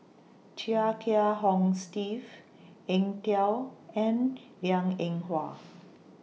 Chia Kiah Hong Steve Eng Tow and Liang Eng Hwa